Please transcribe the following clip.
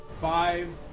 Five